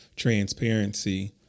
transparency